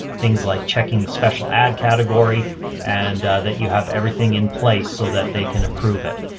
things like checking the special ad category and that you have everything in place so that they can approve it.